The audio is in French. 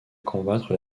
combattre